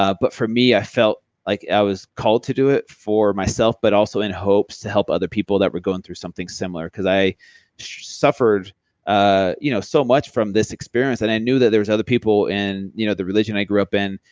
but for me, i felt like i was called to do it for myself but also in hopes to help other people that were going through something similar because i suffered ah you know so much from this experience and i knew that there was other people in you know the religion i grew up in,